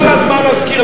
כל הזמן אתם תזכירו,